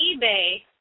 eBay